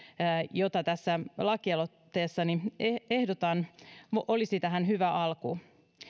jota tässä lakialoitteessani ehdotan olisi hyvä alku